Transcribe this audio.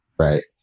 Right